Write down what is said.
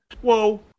Whoa